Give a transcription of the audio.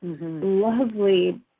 lovely